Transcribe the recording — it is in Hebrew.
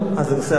זה הנושא הבא?